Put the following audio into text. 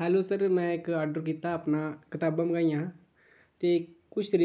hello sir में इक order कीता हा अपना कताबां मंगाइयां हियां ते कुसै